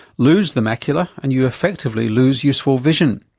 lose the macula and you effectively lose useful vision.